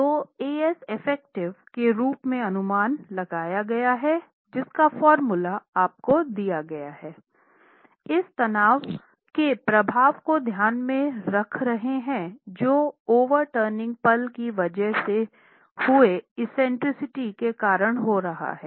तो eff के रूप में अनुमान लगाया गया है हम तनाव के प्रभाव को ध्यान में रख रहे हैं जो ओवर टर्निंग पल की वजह से हुए एक्सेंट्रिसिटी के कारण हो रहा है